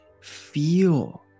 feel